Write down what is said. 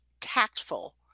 tactful